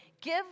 give